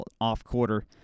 off-quarter